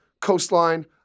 coastline